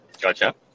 Gotcha